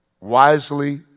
wisely